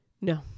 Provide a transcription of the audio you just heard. no